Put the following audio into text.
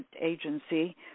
agency